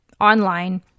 online